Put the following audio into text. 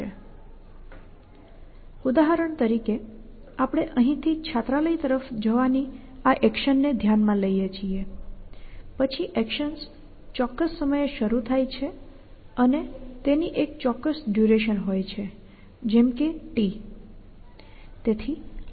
તેથી ઉદાહરણ તરીકે આપણે અહીંથી છાત્રાલય તરફ જવાની આ એક્શનને ધ્યાનમાં લઈએ છીએ પછી એક્શન્સ ચોક્કસ સમયે શરૂ થાય છે અને તેની એક ચોક્કસ ડ્યૂરેશન હોય છે જેમ કે t